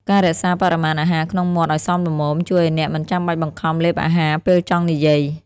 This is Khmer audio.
ការរក្សាបរិមាណអាហារក្នុងមាត់ឱ្យសមល្មម ជួយឱ្យអ្នកមិនចាំបាច់បង្ខំលេបអាហារពេលចង់និយាយ។